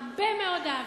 הרבה מאוד אהבה.